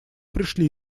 пришли